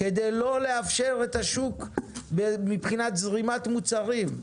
כדי לא לאפשר את השוק מבחינת זרימת מוצרים.